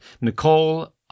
Nicole